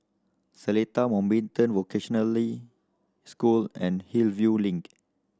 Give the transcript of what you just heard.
Seletar Mountbatten Vocationally School and Hillview Link